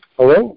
Hello